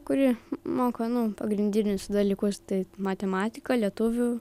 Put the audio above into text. kuri moka nu pagrindinius dalykus tai matematiką lietuvių